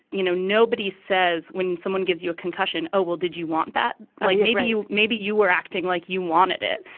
you know, nobody says when someone gives you a concussion. oh, well, did you want that? like maybe you maybe you were acting like you wanted it.